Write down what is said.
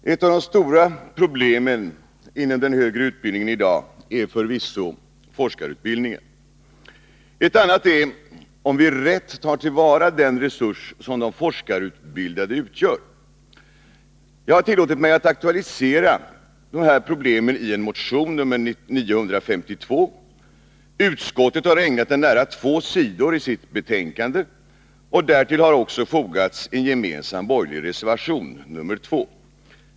Herr talman! Ett av de stora problemen inom den högre utbildningen i dag är förvisso forskarutbildningen. Ett annat är om vi rätt tar till vara den resurs som de forskarutbildade utgör. Jag har tillåtit mig att aktualisera de här problemen i en motion, nr 952. Utskottet har ägnat den nära två sidor i sitt betänkande, och därtill har också fogats en gemensam borgerlig reservation, nr 2.